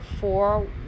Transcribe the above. four